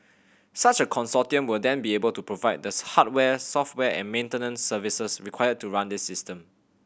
such a consortium will then be able to provide the hardware software and maintenance services required to run this system